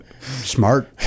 Smart